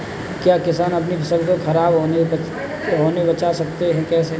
क्या किसान अपनी फसल को खराब होने बचा सकते हैं कैसे?